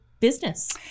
business